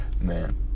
man